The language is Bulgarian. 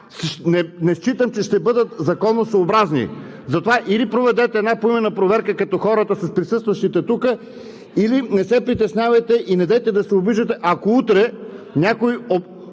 не считам, че ще бъдат законосъобразни! Затова или проведете една поименна проверка като хората с присъстващите тук, или не се притеснявайте и недейте да се обиждате, ако утре някой